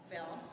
Bill